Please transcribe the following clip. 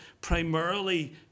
primarily